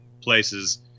places